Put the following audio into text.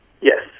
Yes